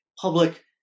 public